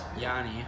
Yanni